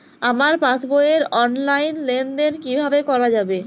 আমার পাসবই র অনলাইন লেনদেন কিভাবে করা যাবে?